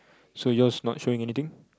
so your's not showing anything